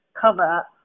cover